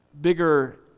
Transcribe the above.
bigger